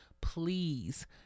Please